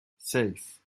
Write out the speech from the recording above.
seis